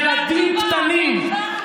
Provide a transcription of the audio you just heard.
ילדים קטנים,